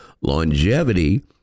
longevity